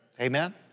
Amen